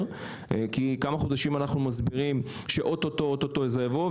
כי כמה חודשים אנחנו מסבירים שאוטוטו זה יבוא,